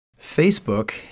Facebook